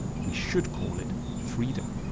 we should call it freedom.